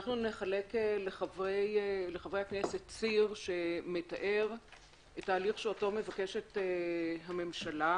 אנחנו נחלק לחברי הכנסת ציר שמתאר את ההליך שאותו מבקשת הממשלה.